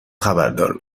خبردار